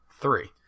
three